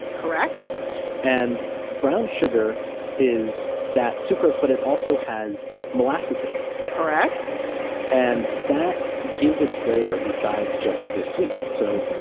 correct and brown sugar is that sucrose, but it also has molasses in it correct and that gives it a flavor besides just the sweetness. so,